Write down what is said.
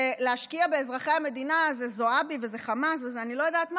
שלהשקיע באזרחי המדינה זה זועבי וזה חמאס וזה אני לא יודעת מה,